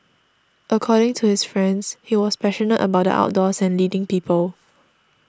according to his friends he was passionate about the outdoors and leading people